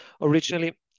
Originally